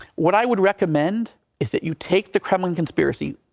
what i would recommend is that you take the kremlin conspiracy,